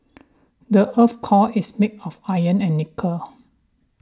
the earth's core is made of iron and nickel